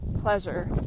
pleasure